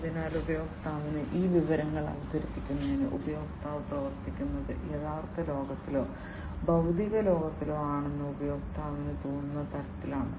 അതിനാൽ ഉപയോക്താവിന് ഈ വിവരങ്ങൾ അവതരിപ്പിക്കുന്നത് ഉപയോക്താവ് പ്രവർത്തിക്കുന്നത് യഥാർത്ഥ ലോകത്തിലോ ഭൌതിക ലോകത്തിലോ ആണെന്ന് ഉപയോക്താവിന് തോന്നുന്ന തരത്തിലാണ്